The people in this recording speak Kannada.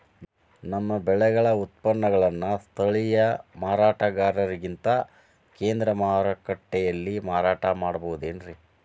ನಮ್ಮ ಬೆಳೆಗಳ ಉತ್ಪನ್ನಗಳನ್ನ ಸ್ಥಳೇಯ ಮಾರಾಟಗಾರರಿಗಿಂತ ಕೇಂದ್ರ ಮಾರುಕಟ್ಟೆಯಲ್ಲಿ ಮಾರಾಟ ಮಾಡಬಹುದೇನ್ರಿ?